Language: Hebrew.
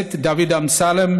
הכנסת דוד אמסלם,